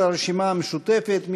של הרשימה המשותפת,